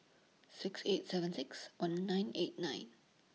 six eight seven six one nine eight nine